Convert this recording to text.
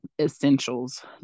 Essentials